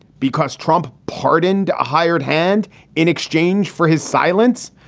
because trump pardoned a hired hand in exchange for his silence.